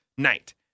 night